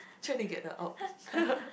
trying to get the out